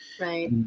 right